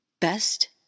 Best